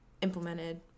implemented